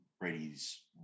Brady's